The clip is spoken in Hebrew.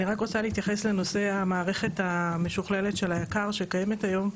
אני רק רוצה להתייחס לנושא המערכת המשוכללת של היק"ר שקיימת היום,